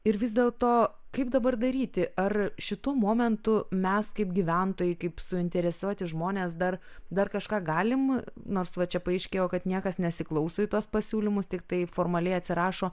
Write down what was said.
ir vis dėl to kaip dabar daryti ar šituo momentu mes kaip gyventojai kaip suinteresuoti žmonės dar dar kažką galim nors va čia paaiškėjo kad niekas nesiklauso į tuos pasiūlymus tiktai formaliai atsirašo